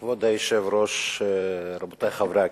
כבוד היושב-ראש, רבותי חברי הכנסת,